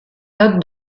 notes